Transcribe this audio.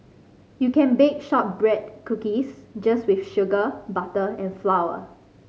you can bake shortbread cookies just with sugar butter and flour